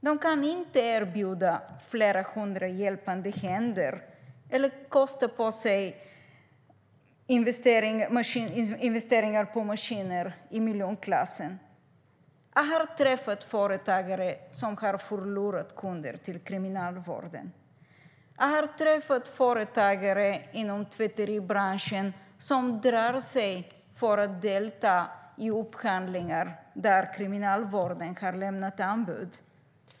De kan inte erbjuda flera hundra hjälpande händer eller kosta på sig investeringar i maskiner i miljonklassen. Jag har träffat företagare som har förlorat kunder till Kriminalvården, och jag har träffat företagare inom tvätteribranschen som drar sig för att delta i upphandlingar där Kriminalvården har lämnat anbud.